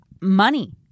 money